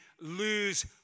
lose